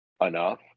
enough